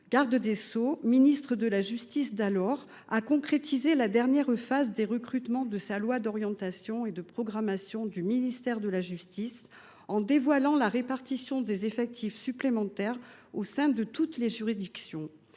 garde des sceaux, ministre de la justice, a concrétisé la dernière phase des recrutements de la loi du 20 novembre 2023 d’orientation et de programmation du ministère de la justice, dite LOPJ, en dévoilant la répartition des effectifs supplémentaires au sein de toutes les juridictions.